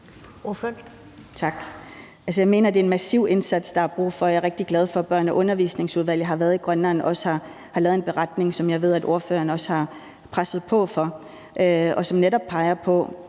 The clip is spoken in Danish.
der er brug for en massiv indsats, og jeg er rigtig glad for, at Børne- og Undervisningsudvalget har været i Grønland og også har lavet en beretning, som jeg ved at spørgeren også har presset på for, og som netop peger på